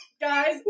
Guys